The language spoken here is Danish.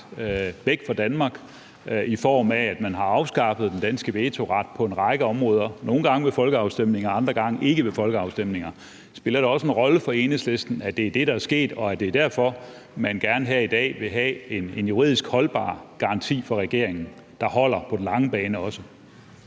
væk fra Danmark, i form af at man har afskaffet den danske vetoret på en række områder – nogle gange ved folkeafstemninger, andre gange ikke ved folkeafstemninger. Spiller det også en rolle for Enhedslisten, at det er det, der er sket, og at det er derfor, man gerne i dag vil have en juridisk holdbar garanti fra regeringen, som også holder på den lange bane? Kl.